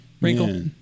wrinkle